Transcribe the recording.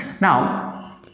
now